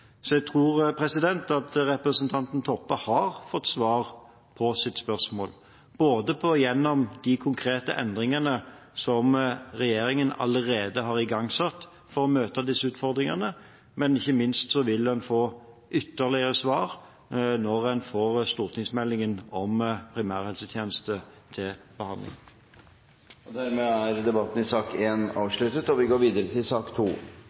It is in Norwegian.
Så jeg tror at representanten Toppe har fått svar på sitt spørsmål gjennom de konkrete endringene som regjeringen allerede har igangsatt for å møte disse utfordringene. Men ikke minst vil en få ytterligere svar når en får stortingsmeldingen om primærhelsetjeneste til behandling. Dermed er debatten i sak nr. 1 avsluttet. I Norge er mellom 15 og